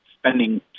spending